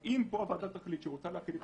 אם פה הוועדה תחליט שהיא רוצה להחיל את